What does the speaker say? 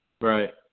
Right